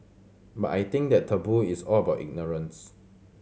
but I think that taboo is all about ignorance